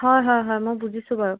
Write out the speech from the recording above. হয় হয় হয় মই বুজিছোঁ বাৰু